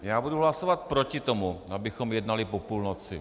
Já budu hlasovat proti tomu, abychom jednali po půlnoci.